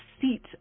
seat